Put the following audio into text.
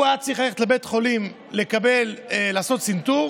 הוא היה צריך ללכת לבית חולים לעשות צנתור.